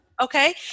okay